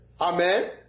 Amen